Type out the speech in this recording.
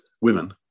women